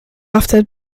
often